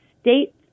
states